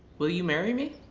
will you marry me?